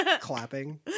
clapping